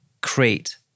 create